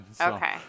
Okay